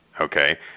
okay